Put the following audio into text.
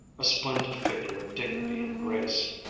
a splendid figure of dignity and grace.